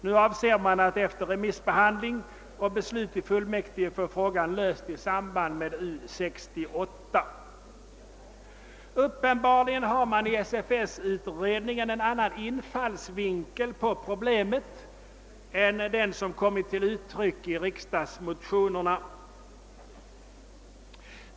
Nu avser man att efter remissbehandling och beslut i fullmäktige få frågan löst i samband med U 68. I SFS-utredningen har man uppenbarligen när man ser på detta problem en annan infallsvinkel än riksdagsmotionärerna.